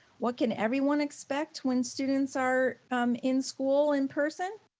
what can everyone expect when students are in school in-person?